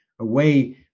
away